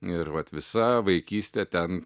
ir vat visa vaikystė ten